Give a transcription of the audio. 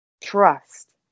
Trust